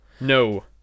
No